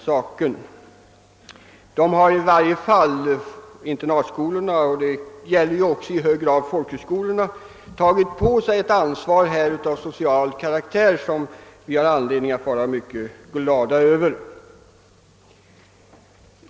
Internatskolorna har i varje fall — och det gäller även i hög grad folkhögskolorna — påtagit sig ett ansvar av social karaktär, något som vi har anledning att vara mycket glada över.